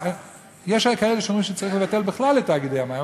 יש כאלה שאומרים שצריך לבטל בכלל את תאגידי המים,